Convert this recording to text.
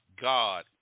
god